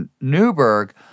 Newberg